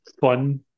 fun